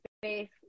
space